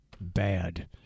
bad